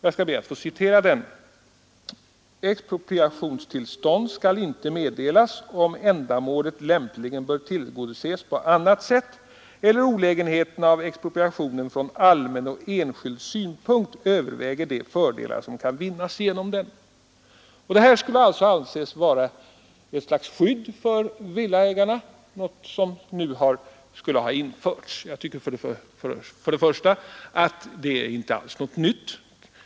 Jag ber att få citera: ”Expropriationstillstånd skall icke meddelas, om ändamålet lämpligen bör tillgodoses på annat sätt eller olägenheterna av expropriationen från allmän och enskild synpunkt överväger de fördelar som kan vinnas genom den.” Det här skulle alltså anses innebära att något slags skydd för villaägarna nu skulle införas. Men för det första tycker jag att det inte alls är något nytt.